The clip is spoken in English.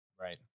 Right